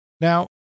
Now